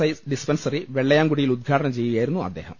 I dispensary വെള്ളയാംകുടിയിൽ ഉദ്ഘാടനം ചെയ്യുകയായിരുന്നു അദ്ദേഹം